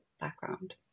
background